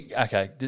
okay